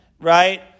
right